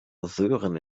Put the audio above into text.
sören